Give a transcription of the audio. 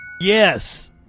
Yes